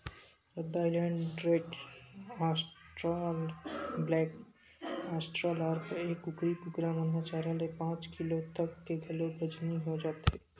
रद्दा Island Red, Australorp, black Australorp, ए कुकरी कुकरा मन ह चार ले पांच किलो तक के घलोक बजनी हो जाथे